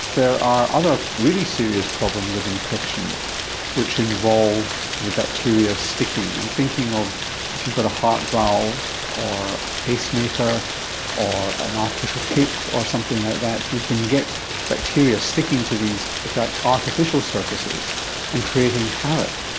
there are other really serious problems of infection which involve the bacteria sticking. i'm thinking of if you've got a heart valve or a pacemaker or an artificial hip or something like that, you can get bacteria sticking to these artificial surfaces and creating havoc.